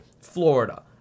Florida